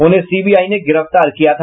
उन्हें सीबीआई ने गिरफ्तार किया था